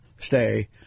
stay